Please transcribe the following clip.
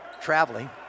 traveling